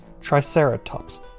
Triceratops